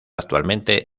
actualmente